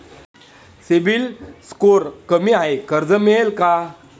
CIBIL score कमी आहे कर्ज मिळेल का?